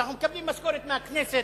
שאנחנו מקבלים משכורת מהכנסת,